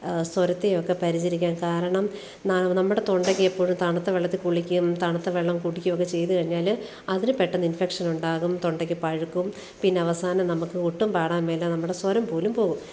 സ്വരത്തേയൊക്ക പരിചരിക്കാന് കാരണം നമ്മുടെ തൊണ്ടക്ക് എപ്പോഴും തണുത്ത വെള്ളത്തില് കുളിക്കയും തണുത്ത വെള്ളം കുടിക്കുകൊക്കെ ചെയ്തു കഴിഞ്ഞാൽ അതിന് പെട്ടന്ന് ഇന്ഫക്ഷനുണ്ടാകും തൊണ്ടക്ക് പഴുക്കും പിന്നെ അവസാനം നമുക്ക് ഒട്ടും പാടാന് മേല നമ്മുടെ സ്വരം പോലും പോകും